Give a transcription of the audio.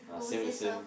who say so